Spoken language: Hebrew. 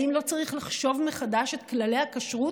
האם לא צריך לחשוב מחדש על כללי הכשרות